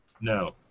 No